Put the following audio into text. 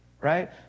Right